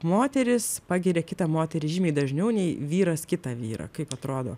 moteris pagiria kitą moterys žymiai dažniau nei vyras kitą vyrą kaip atrodo